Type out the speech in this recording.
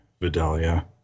Vidalia